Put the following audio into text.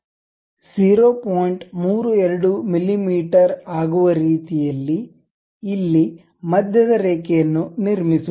32 ಮಿಮೀ ಆಗುವ ರೀತಿಯಲ್ಲಿ ಇಲ್ಲಿ ಮಧ್ಯದ ರೇಖೆಯನ್ನು ನಿರ್ಮಿಸುವುದು